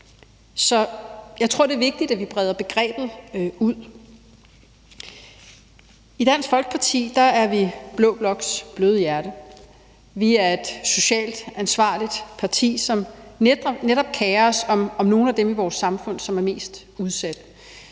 Så jeg tror, det er vigtigt, at vi breder begrebet ud. I Dansk Folkeparti er vi blå bloks bløde hjerte. Vi er et socialt ansvarligt parti, som netop kerer os om nogle af dem i vores samfund, som er mest udsatte.